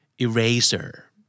Eraser